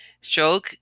Stroke